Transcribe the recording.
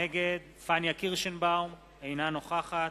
נגד פניה קירשנבאום, אינה נוכחת